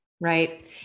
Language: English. Right